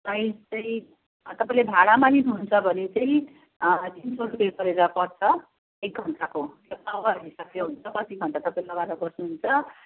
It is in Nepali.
प्राइस चाहिँ तपाईँले भाडामा लिनुहुन्छ भने चाहिँ तिन सय रूपियाँ गरेर पर्छ एक घन्टाको आवर हिसाबले हुन्छ कति घन्टा तपाईँ लगाएर लगाएर बस्नुहुन्छ